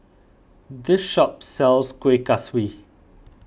this shop sells Kuih Kaswi